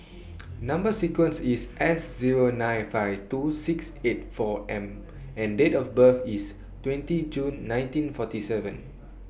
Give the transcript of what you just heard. Number sequence IS S Zero nine five two six eight four M and Date of birth IS twenty June nineteen forty seven